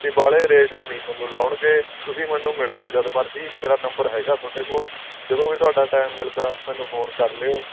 ਅਤੇ ਬਾਹਲੇ ਰੇਟ ਨਹੀਂ ਤੁਹਾਨੂੰ ਲਾਉਣਗੇ ਤੁਸੀਂ ਮੈਨੂੰ ਮਿਲ ਲਿਓ ਜਦ ਮਰਜੀ ਮੇਰਾ ਨੰਬਰ ਹੈਗਾ ਤੁਹਾਡੇ ਕੋਲ ਜਦੋਂ ਵੀ ਤੁਹਾਡਾ ਟਾਈਮ ਮਿਲਦਾ ਮੈਨੂੰ ਫੋਨ ਕਰ ਲਿਓ